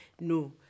no